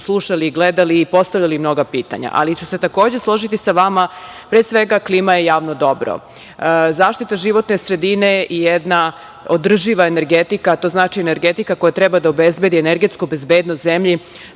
slušali i gledali, postavljali mnoga pitanja. Takođe ću se složiti sa vama, pre svega, klima je javno dobro. Zaštita životne sredine je jedna održiva energetika, to znači energetika koja treba da obezbedi energetsku bezbednost zemlji